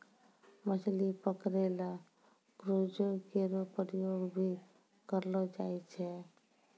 मछली पकरै ल क्रूजो केरो प्रयोग भी करलो जाय छै